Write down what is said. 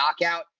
knockout